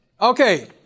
Okay